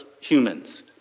humans